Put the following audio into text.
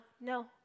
no